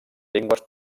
llengües